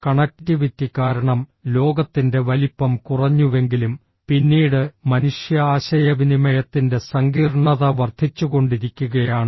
connectivity കാരണം ലോകത്തിന്റെ വലിപ്പം കുറഞ്ഞുവെങ്കിലും പിന്നീട് മനുഷ്യ ആശയവിനിമയത്തിന്റെ സങ്കീർണ്ണത വർദ്ധിച്ചുകൊണ്ടിരിക്കുകയാണ്